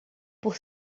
por